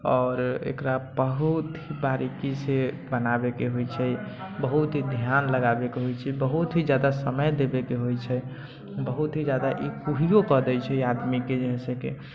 आओर एकरा बहुत ही बारिकीसँ बनाबैके होइ छै बहुत ही ध्यान लगाबैके होइ छै बहुत ही जादा समय देबैके होइ छै बहुत ही जादा ई कूही कय दै छै आदमीके जाहिसे कि